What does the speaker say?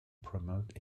promote